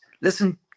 Listen